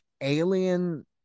alien